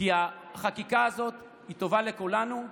כי החקיקה הזאת טובה לכולנו,